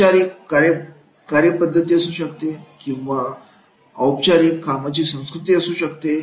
औपचारिक कार्यपद्धती असू शकते औपचारीक कामाची संस्कृती असू शकते